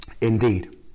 indeed